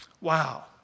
Wow